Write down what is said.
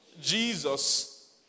Jesus